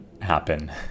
happen